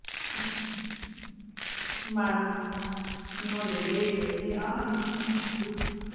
ꯃꯥꯅꯤ ꯃꯥꯅꯤ ꯃꯤꯉꯣꯟꯗꯒꯤ ꯂꯩꯔꯨꯔꯗꯤ ꯑꯥ ꯂꯤꯁꯤꯡ